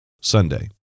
Sunday